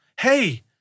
Hey